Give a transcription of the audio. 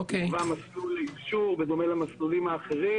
נקבע מסלול לאישור בדומה למסלולים האחרים